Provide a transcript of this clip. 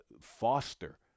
foster